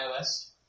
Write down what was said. iOS